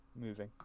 moving